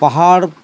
পাহাড়